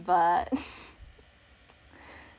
but